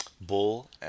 Bull